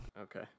Okay